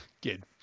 good